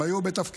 הם היו בתפקידים.